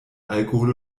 alkohol